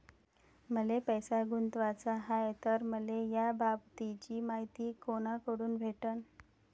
मले पैसा गुंतवाचा हाय तर मले याबाबतीची मायती कुनाकडून भेटन?